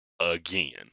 again